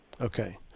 Okay